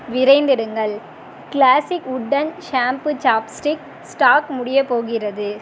விரைந்திடுங்கள் classic wooden shampoo chopstick stock முடியப் போகிறது